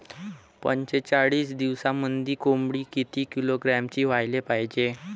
पंचेचाळीस दिवसामंदी कोंबडी किती किलोग्रॅमची व्हायले पाहीजे?